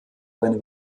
seine